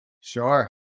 Sure